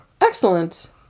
excellent